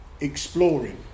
exploring